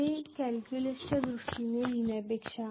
हे कॅल्क्युलसच्या दृष्टीने लिहीण्यापेक्षा